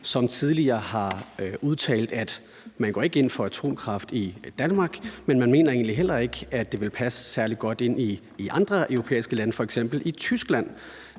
har tidligere udtalt, at man ikke går ind for atomkraft i Danmark, og at man egentlig heller ikke mener, at det vil passe særlig godt ind i andre europæiske lande, f.eks. i Tyskland.